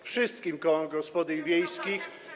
wszystkim kołom gospodyń wiejskich.